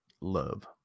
Love